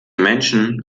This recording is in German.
menschen